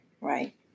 Right